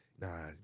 nah